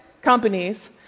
companies